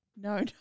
No